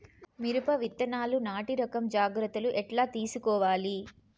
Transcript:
మిరప విత్తనాలు నాటి రకం జాగ్రత్తలు ఎట్లా తీసుకోవాలి?